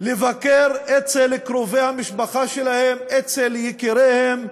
לבקר אצל קרובי המשפחה שלהן, אצל יקיריהן,